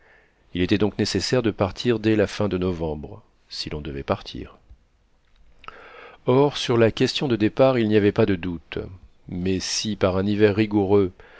il était donc nécessaire de partir dès la fin de novembre si l'on devait partir or sur la question de départ il n'y avait pas de doute mais si par un hiver rigoureux